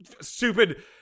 stupid